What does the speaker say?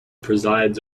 presides